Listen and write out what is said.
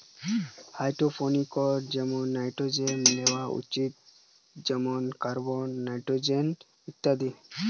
হাইড্রোপনিক্সের জন্যে নিউট্রিয়েন্টস লিয়া উচিত যেমন কার্বন, হাইড্রোজেন ইত্যাদি